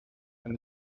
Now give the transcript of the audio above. and